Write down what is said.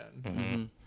-hmm